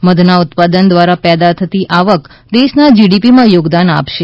મધના ઉત્પાદન દ્વારા પેદા થતી આવક દેશના જીડીપીમાં યોગદાન આપશે